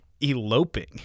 eloping